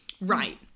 Right